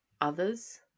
others